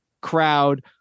crowd